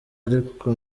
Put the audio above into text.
ariko